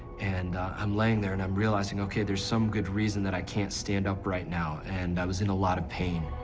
and i'm laying there, and i'm realizing, okay, there's some good reason that i can't stand up right now, and i was in a lot of pain.